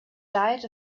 diet